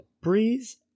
Breeze